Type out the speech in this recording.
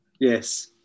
Yes